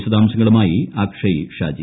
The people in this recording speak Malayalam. വിശദാംശങ്ങളുമായി അക്ഷയ് ഷാജി